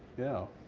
yeah.